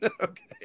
Okay